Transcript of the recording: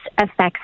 affects